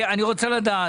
אני רוצה לדעת.